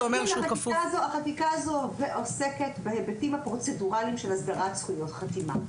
החקיקה הזו עוסקת בהיבטים הפרוצדורליים של הסדרת זכויות החתימה,